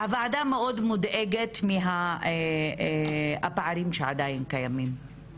הוועדה מאוד מודאגת מהפערים שעדיין קיימים,